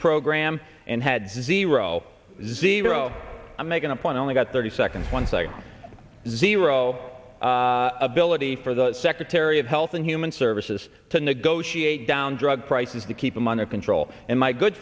program and had zero zero i'm making a point i only got thirty seconds one site zero ability for the secretary of health and human services to negotiate down drug prices to keep them under control and my good